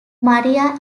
maria